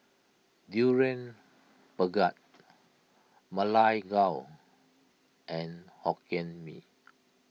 Durian Pengat Ma Lai Gao and Hokkien Mee